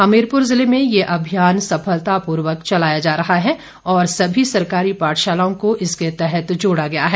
हमीरपुर जिले में यह अभियान सफलतापूर्वक चलाया जा रहा है और सभी सरकारी पाठशालाओं को इसके तहत जोड़ा गया है